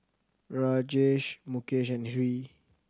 Rajesh Mukesh and Hri